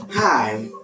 Hi